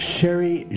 Sherry